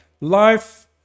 life